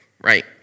right